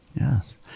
Yes